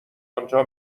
انجا